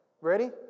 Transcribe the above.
Ready